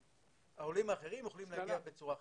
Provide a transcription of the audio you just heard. העולים האחרים יכולים להגיע בצורה אחרת.